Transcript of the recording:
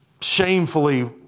shamefully